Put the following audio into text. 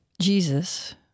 Jesus